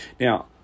Now